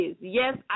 Yes